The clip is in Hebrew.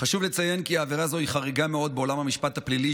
חשוב לציין כי עבירה זו היא חריגה מאוד בעולם המשפט הפלילי,